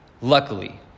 luckily